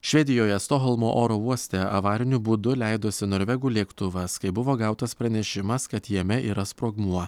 švedijoje stokholmo oro uoste avariniu būdu leidosi norvegų lėktuvas kai buvo gautas pranešimas kad jame yra sprogmuo